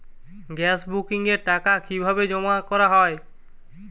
Gas বুকিংয়ের টাকা কিভাবে জমা করা হয়?